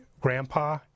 grandpa